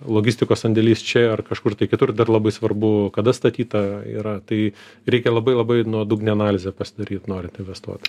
logistikos sandėlis čia ar kažkur tai kitur dar labai svarbu kada statyta yra tai reikia labai labai nuodugnią analizę pasidaryt norint investuot